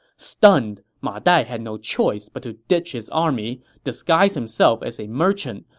stunned, ma dai had no choice but to ditch his army, disguise himself as a merchant,